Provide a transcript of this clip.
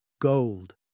gold